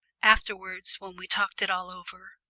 afterwards, when we talked it all over,